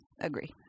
agree